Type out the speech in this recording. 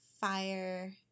Fire